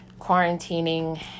quarantining